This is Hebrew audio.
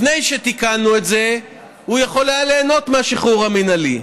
לפני שתיקנו את זה הוא יכול היה ליהנות מהשחרור המינהלי.